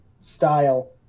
style